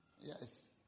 yes